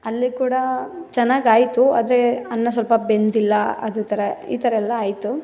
ಅಲ್ಲಿ ಕೂಡ ಚೆನ್ನಾಗಿ ಆಯಿತು ಆದರೆ ಅನ್ನ ಸ್ವಲ್ಪ ಬೆಂದಿಲ್ಲ ಅದು ಥರ ಈ ಥರ ಎಲ್ಲ ಆಯಿತು